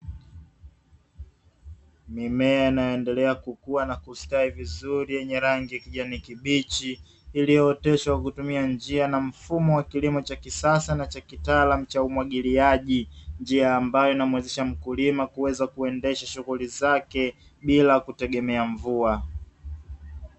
Mimea inayoendelea kukuwa na kustawi vizuri yenye rangi ya kijani kibichi iliyo oteshwa kwa kutumia njia na mfumo wa kilimo cha kisasa na cha umwagiliaji, njia ambayo inamwezesha mkulima kuweza kuendesha shughuli zake bila kutegemea mvua.